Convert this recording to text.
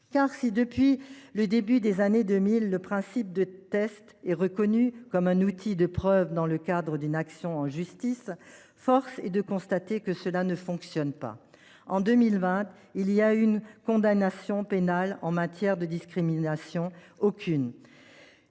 Si, depuis le début des années 2000, le principe des tests est reconnu comme un outil de preuve dans le cadre d’une action en justice, force est de constater que cela ne fonctionne pas. Ainsi, en 2020, il n’y a eu aucune condamnation pénale liée à une discrimination – aucune